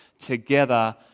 together